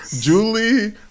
Julie